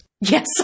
Yes